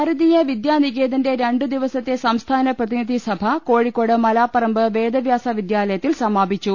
ഭാരതീയ വിദ്യാനികേതന്റെ രണ്ടു ദിവസത്തെ സംസ്ഥാന പ്രതിനിധിസഭ കോഴിക്കോട് മലാപ്പറമ്പ് വേദവ്യാസ വിദ്യാലയത്തിൽ സമാപിച്ചു